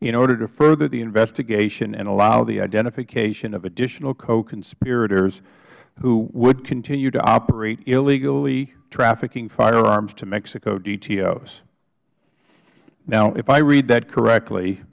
in order to further the investigation and allow the identification of additional coconspirators who would continue to operate illegally trafficking firearms to mexico dtos now if i read that correctly